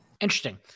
Interesting